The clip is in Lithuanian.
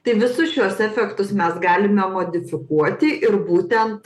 tai visus šiuos efektus mes galime modifikuoti ir būtent